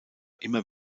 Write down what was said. immer